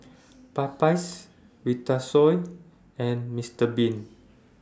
Popeyes Vitasoy and Mister Bean